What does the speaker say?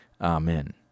amen